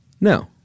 No